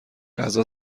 غذا